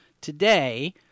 today